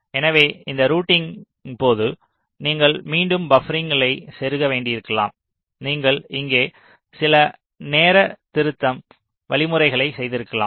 எனவே இந்த ரூட்டிங் போது நீங்கள் மீண்டும் பப்பரிங்களைச் செருக வேண்டியிருக்கலாம் நீங்கள் இங்கே சில நேர திருத்தம் வழிமுறைகளைச் செய்திருக்கலாம்